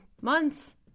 months